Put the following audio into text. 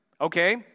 Okay